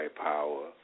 power